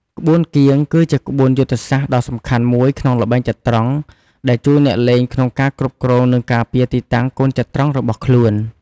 ក្បួនគៀង គឺជាក្បួនយុទ្ធសាស្ត្រដ៏សំខាន់មួយក្នុងល្បែងចត្រង្គ ដែលជួយអ្នកលេងក្នុងការគ្រប់គ្រង និងការពារទីតាំងកូនចត្រង្គរបស់ខ្លួន។